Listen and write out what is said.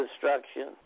destruction